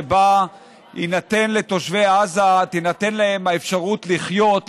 שבה תינתן לתושבי עזה האפשרות לחיות,